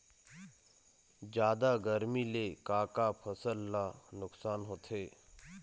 जादा गरमी ले का का फसल ला नुकसान होथे?